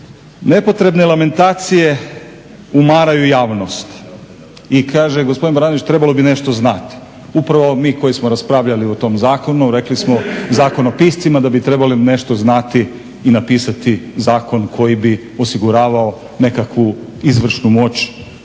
Nepotrebne lamentacije umaraju javnost i kaže gospodin Baranović trebao bi nešto znati. Upravo mi koji smo raspravljali o tom zakonu rekli smo zakon o piscima da bi trebali nešto znati i napisati zakon koji bi osiguravao nekakvu izvršnu moć